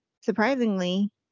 surprisingly